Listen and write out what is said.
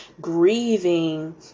grieving